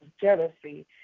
jealousy